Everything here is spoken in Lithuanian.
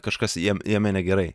kažkas jiem jame negerai